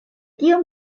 tio